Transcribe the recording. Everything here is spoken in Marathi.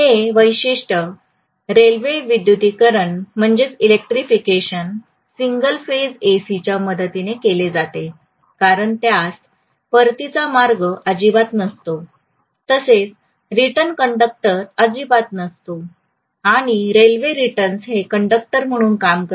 हे विशिष्ट रेल्वे विद्युतीकरण सिंगल फेज एसीच्या मदतीने केले जाते कारण त्यास परतीचा मार्ग अजिबात नसतो तसेच रिटर्न कंडक्टर अजिबात नसतो आणि रेल्वे रिटर्न हे कंडक्टर म्हणून काम करते